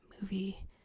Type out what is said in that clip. movie